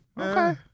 okay